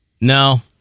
No